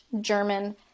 German